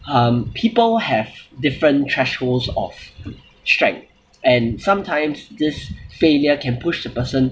um people have different thresholds of strength and sometimes this failure can push a person